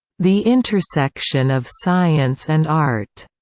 the intersection of science and art,